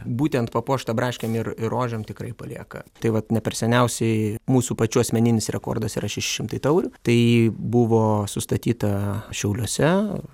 būtent papuošta braškėm ir ir rožėm tikrai palieka tai vat ne per seniausiai mūsų pačių asmeninis rekordas yra šeši šimtai taurių tai buvo sustatyta šiauliuose